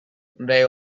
they